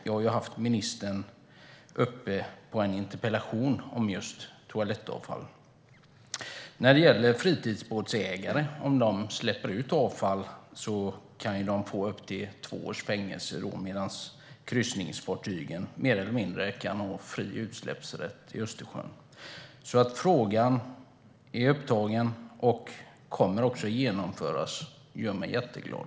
Jag har haft en interpellationsdebatt med ministern om just toalettavfall. Om fritidsbåtsägare släpper ut avfall kan de få upp till två års fängelse medan kryssningsfartygen kan släppa ut mer eller mindre fritt i Östersjön. Att frågan har tagits upp och att detta också kommer att genomföras gör mig jätteglad.